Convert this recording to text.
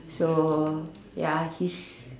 so ya he's